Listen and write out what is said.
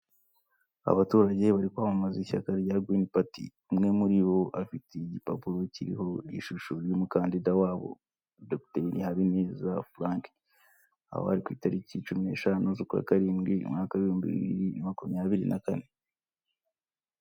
Aba baturage bari kwamamaza ishyaka rya girini pati umwe muri bo afitetiye igipapuro kiriho ishusho y'umukandida wabo dr habineza frank aba ari ku itariki cumi n'eshanu z'ukwa karindwi umwaka w'ibihumbi bibiri na makumyabiri na kane.